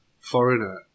foreigner